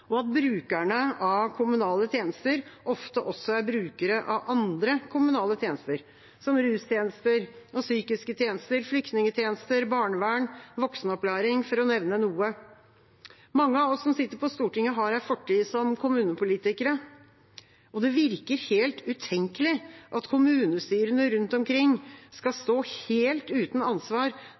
og at brukerne av kommunale tjenester ofte også er brukere av andre kommunale tjenester, som rustjenester, psykiske tjenester, flyktningtjenester, barnevern og voksenopplæring, for å nevne noe. Mange av oss som sitter på Stortinget, har en fortid som kommunepolitikere. Det virker helt utenkelig at kommunestyrene rundt omkring skal stå helt uten ansvar